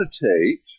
meditate